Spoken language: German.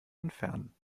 entfernen